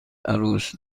عروس